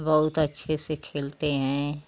बहुत अच्छे से खेलते हैं